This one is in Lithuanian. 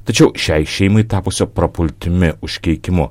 tačiau šiai šeimai tapusio prapultimi užkeikimu